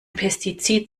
pestizid